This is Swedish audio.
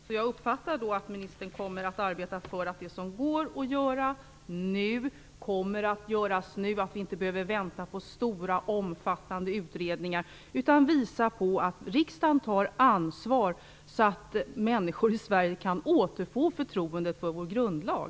Fru talman! Jag uppfattar det så att ministern kommer att arbeta för att det som går att göra nu kommer att göras nu, att vi inte behöver vänta på stora omfattande utredningar utan kan visa att riksdagen tar ansvar så att människor i Sverige kan återfå förtroendet för vår grundlag.